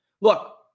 Look